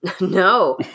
No